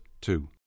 two